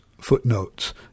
footnotes